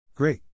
great